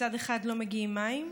מצד אחד לא מגיעים מים,